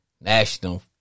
National